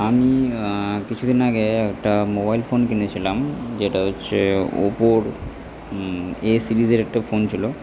আমি কিছুদিন আগে একটা মোবাইল ফোন কিনেছিলাম যেটা হচ্ছে ওপোর এ সিরিজের একটা ফোন ছিল